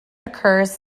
occurs